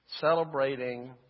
Celebrating